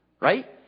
Right